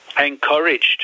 encouraged